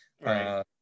Right